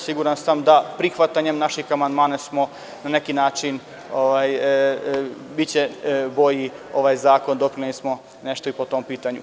Siguran sam da prihvatanjem naših amandmana na neki način biće bolji ovaj zakon, doprineli smo nešto i po tom pitanju.